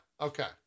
okay